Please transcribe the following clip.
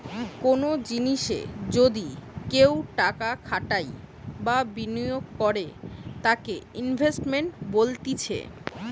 কোনো জিনিসে যদি কেও টাকা খাটাই বা বিনিয়োগ করে তাকে ইনভেস্টমেন্ট বলতিছে